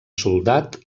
soldat